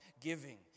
giving